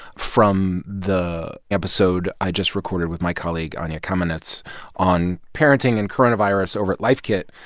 from the episode i just recorded with my colleague anya kamenetz on parenting and coronavirus over at life kit.